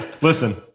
Listen